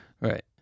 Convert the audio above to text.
Right